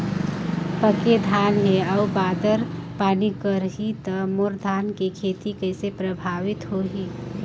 पके धान हे अउ बादर पानी करही त मोर धान के खेती कइसे प्रभावित होही?